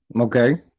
Okay